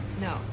No